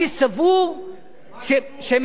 אני סבור, מה כתוב?